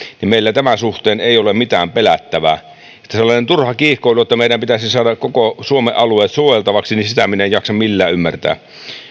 niin meillä tämän suhteen ei ole mitään pelättävää sellaista turhaa kiihkoilua että meidän pitäisi saada koko suomen alueet suojeltaviksi minä en jaksa millään ymmärtää